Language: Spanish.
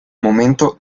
momento